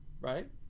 right